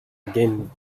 again